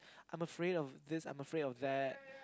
I'm afraid of this I'm afraid of that